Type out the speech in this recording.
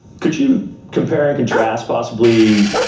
could you compare and contrast possibly,